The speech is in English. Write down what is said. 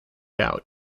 out